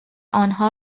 آنها